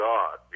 God